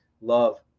love